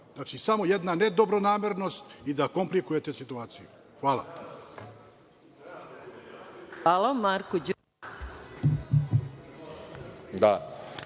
Znači, samo jedna nedobronamernost i da komplikujete situaciju. Hvala.